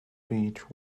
beech